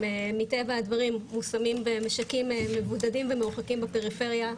מטבע הדברים הם מושמים במשקים מבודדים ומרוחקים בפריפריה,